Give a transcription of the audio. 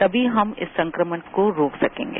तमी हम इस संक्रमण को रोक सकेंगे